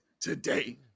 today